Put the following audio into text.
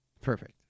Perfect